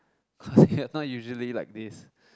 cause you're not usually like this